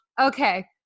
Okay